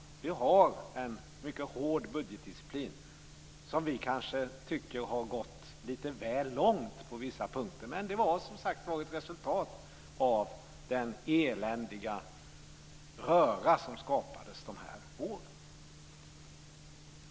Vi har en mycket hård budgetdisciplin, som vi kanske tycker har gått lite väl långt på vissa punkter, men den var som sagt var ett resultat av den eländiga röra som skapades de här åren.